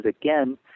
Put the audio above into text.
again